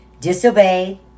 Disobey